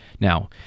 Now